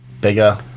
Bigger